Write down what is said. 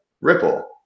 Ripple